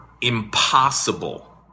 impossible